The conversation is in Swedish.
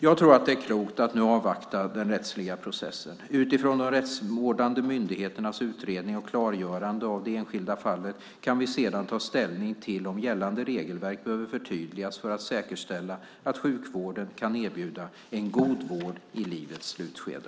Jag tror att det är klokt att nu avvakta den rättsliga processen. Utifrån de rättsvårdande myndigheternas utredning och klargörande av det enskilda fallet kan vi sedan ta ställning till om gällande regelverk behöver förtydligas för att säkerställa att sjukvården kan erbjuda en god vård i livets slutskede.